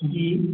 जी